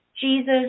Jesus